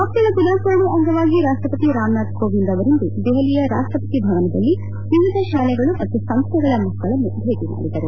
ಮಕ್ಕಳ ದಿನಾಚರಣೆಯ ಅಂಗವಾಗಿ ರಾಷ್ಲಪತಿ ರಾಮನಾಥ ಕೋವಿಂದ್ ಅವರಿಂದು ದೆಹಲಿಯ ರಾಷ್ಲಪತಿ ಭವನದಲ್ಲಿ ವಿವಿಧ ಶಾಲೆಗಳು ಮತ್ತು ಸಂಸ್ಥೆಗಳ ಮಕ್ಕಳನ್ನು ಭೇಟ ಮಾಡಿದರು